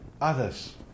others